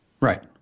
Right